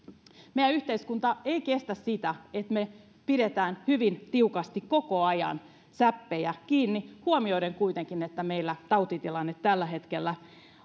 meidän yhteiskunta ei kestä sitä että me pidämme hyvin tiukasti koko ajan säppejä kiinni huomioiden kuitenkin että meillä tautitilanne tällä hetkellä